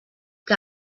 que